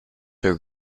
her